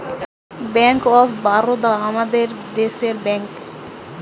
bank of Baroda আমাদের দেশের bank